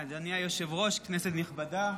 אדוני היושב-ראש, כנסת נכבדה,